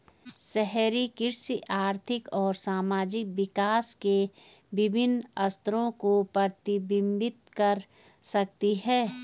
शहरी कृषि आर्थिक और सामाजिक विकास के विभिन्न स्तरों को प्रतिबिंबित कर सकती है